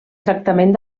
tractament